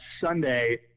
Sunday